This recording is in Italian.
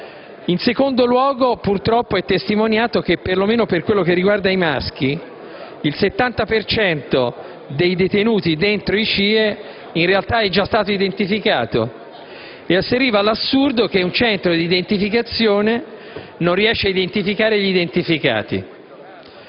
In secondo luogo, purtroppo, è testimoniato che, per lo meno per quello che riguarda i maschi, il 70 per cento dei detenuti dentro i CIE in realtà è già stato identificato, per cui si arriva all'assurdo che un centro di identificazione non riesce ad identificare gli identificati.